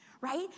right